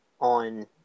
on